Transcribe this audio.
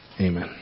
Amen